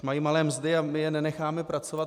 Mají malé mzdy a my je nenecháme pracovat.